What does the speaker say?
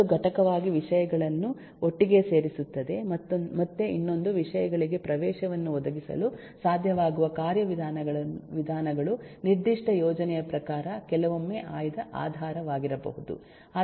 ಒಂದು ಘಟಕವಾಗಿ ವಿಷಯಗಳನ್ನು ಒಟ್ಟಿಗೆ ಸೇರಿಸುತ್ತಿದೆ ಮತ್ತು ಇನ್ನೊಂದು ವಿಷಯಗಳಿಗೆ ಪ್ರವೇಶವನ್ನು ಒದಗಿಸಲು ಸಾಧ್ಯವಾಗುವ ಕಾರ್ಯವಿಧಾನಗಳು ನಿರ್ದಿಷ್ಟ ಯೋಜನೆಯ ಪ್ರಕಾರ ಕೆಲವೊಮ್ಮೆ ಆಯ್ದ ಆಧಾರವಾಗಿರಬಹುದು